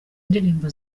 indirimbo